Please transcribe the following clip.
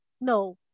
No